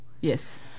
yes